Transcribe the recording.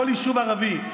כל יישוב ערבי,